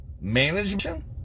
management